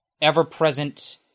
ever-present